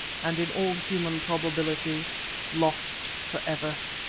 and in all human probability lost for ever.